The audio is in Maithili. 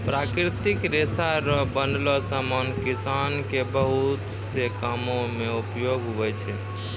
प्राकृतिक रेशा रो बनलो समान किसान के बहुत से कामो मे उपयोग हुवै छै